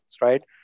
right